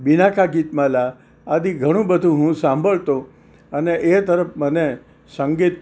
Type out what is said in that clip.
બીનાકા ગીતમાલા આદિ ઘણું બધું હું સાંભળતો અને એ તરફ મને સંગીત